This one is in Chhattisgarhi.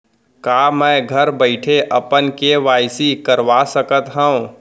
का मैं घर बइठे अपन के.वाई.सी करवा सकत हव?